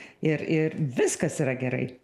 ir ir viskas yra gerai